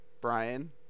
Brian